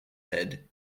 head